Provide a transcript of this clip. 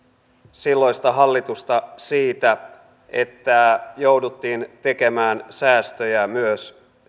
silloista hallitusta siitä että jouduttiin tekemään säästöjä myös